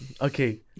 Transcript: Okay